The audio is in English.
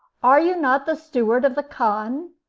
are you not the steward of the khan?